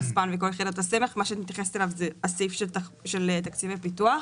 רספ"ן וכל יחידות הסמך מה שאת מתייחסת אליו זה הסעיף של תקציבי פיתוח.